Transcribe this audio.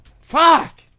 Fuck